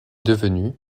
devenu